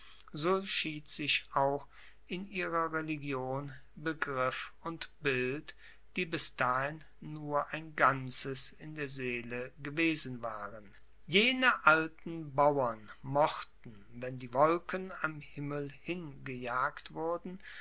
so schied sich auch in ihrer religion begriff und bild die bis dahin nur ein ganzes in der seele gewesen waren jene alten bauern mochten wenn die wolken am himmel hin gejagt wurden